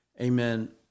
Amen